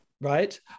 Right